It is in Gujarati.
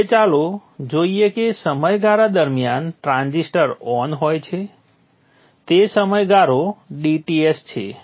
હવે ચાલો જોઈએ કે જે સમયગાળા દરમિયાન ટ્રાન્ઝિસ્ટર ઓન હોય છે તે સમયગાળો dTs છે